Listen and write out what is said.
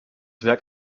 werk